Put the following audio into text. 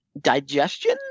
Digestion